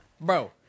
Bro